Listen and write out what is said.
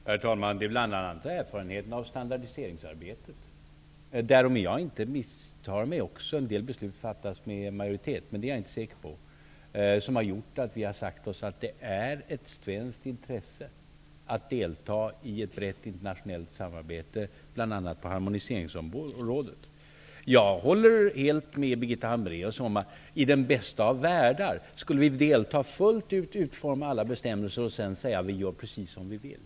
Herr talman! Det är bl.a. erfarenheterna av standardiseringsarbetet -- där om jag inte misstar mig en del beslut fattas med majoritet, men det är jag inte säker på -- som har gjort att vi har sagt oss att det är ett svenskt intresse att delta i ett brett internationellt samarbete, bl.a. på harmoniseringsområdet. Jag håller helt med Birgitta Hambraeus om att i den bästa av världar skulle vi delta fullt ut och utforma alla bestämmelser och sedan säga: Vi gör precis som vi vill.